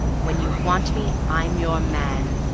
when you want me, i'm your man!